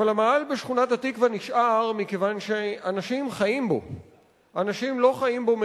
אבל המאהל בשכונת-התקווה נשאר מכיוון שאנשים חיים בו.